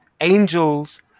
angels